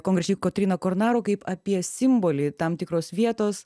konkrečiai kotryną kornaro kaip apie simbolį tam tikros vietos